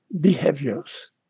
behaviors